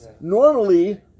normally